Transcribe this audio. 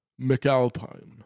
McAlpine